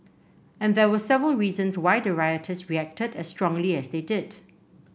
and there were several reasons why the rioters reacted as strongly as they did